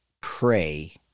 pray